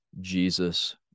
jesus